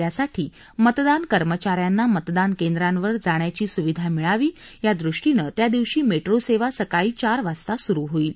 त्यासाठी मतदान कर्मचा यांना मतदान केंद्रांवर जाण्याची सुविधा मिळावी या दृष्टीनं त्या दिवशी मेट्रो सेवा सकाळी चार वाजता सुरु होईल